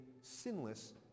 sinless